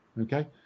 Okay